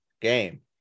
game